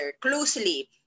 closely